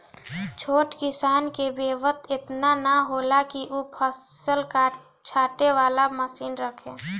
छोट किसान के बेंवत एतना ना होला कि उ फसिल छाँटे वाला मशीन रखे